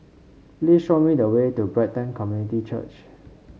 please show me the way to Brighton Community Church